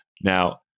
Now